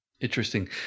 Interesting